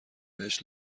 بهش